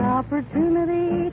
opportunity